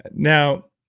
and now,